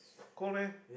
cold meh